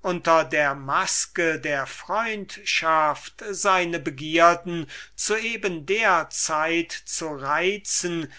unter der masque der freundschaft seine begierden zu eben der zeit zu reizen